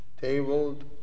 tabled